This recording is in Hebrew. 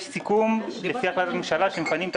לקראת סוף השנה אחרי שמבוצעים רוב התשלומים